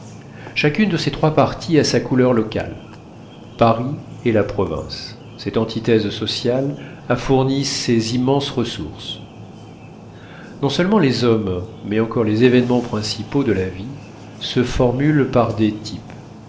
chacune de ces trois parties a sa couleur locale paris et la province cette antithèse sociale a fourni ses immenses ressources non-seulement les hommes mais encore les événements principaux de la vie se formulent par des types